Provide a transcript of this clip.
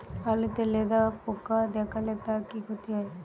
আলুতে লেদা পোকা দেখালে তার কি ক্ষতি হয়?